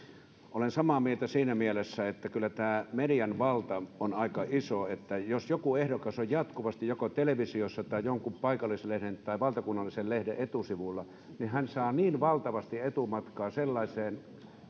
olen samaa mieltä siinä mielessä että kyllä tämä median valta on aika iso jos joku ehdokas on jatkuvasti joko televisiossa tai jonkun paikallislehden tai valtakunnallisen lehden etusivulla niin hän saa valtavasti etumatkaa sellaiseen